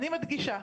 אני מדגישה,